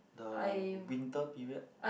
the winter period